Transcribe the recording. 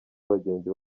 abagenzi